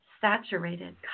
saturated